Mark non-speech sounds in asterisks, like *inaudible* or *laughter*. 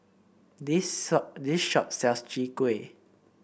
this *unintelligible* this shop sells Chwee Kueh